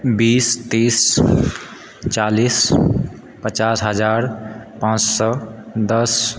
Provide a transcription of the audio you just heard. बीस तीस चालीस पचास हजार पाँच सए दस